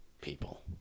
people